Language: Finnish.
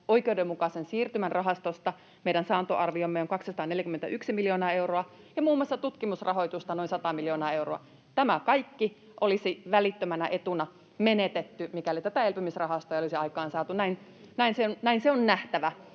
oikeudenmukaisen siirtymän rahastosta meidän saantoarviomme on 241 miljoonaa euroa ja muun muassa tutkimusrahoitusta noin 100 miljoonaa euroa. [Toimi Kankaanniemi: Itse maksamme!] Tämä kaikki olisi välittömänä etuna menetetty, mikäli tätä elpymisrahastoa ei olisi aikaansaatu. Näin se on nähtävä.